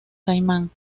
caimán